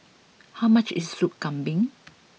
how much is Sop Kambing